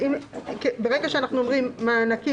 במקרה הזה,